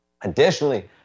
Additionally